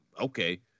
okay